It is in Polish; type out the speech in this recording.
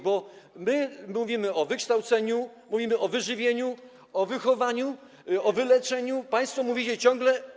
Bo my mówimy o wykształceniu, mówimy o wyżywieniu, o wychowywaniu, o wyleczeniu, a państwo mówicie ciągle.